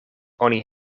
oni